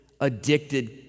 addicted